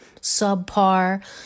subpar